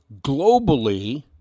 globally